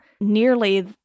nearly